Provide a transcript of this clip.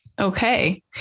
Okay